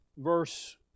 verse